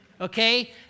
Okay